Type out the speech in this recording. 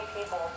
people